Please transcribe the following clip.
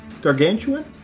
gargantuan